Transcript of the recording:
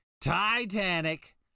Titanic